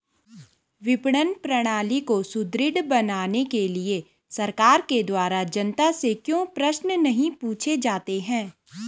विपणन प्रणाली को सुदृढ़ बनाने के लिए सरकार के द्वारा जनता से क्यों प्रश्न नहीं पूछे जाते हैं?